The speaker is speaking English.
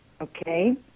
okay